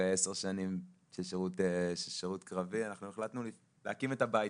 אנחנו בשנים האחרונות עוסקים רבות במועצה